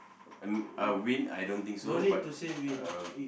uh uh win I don't think so but uh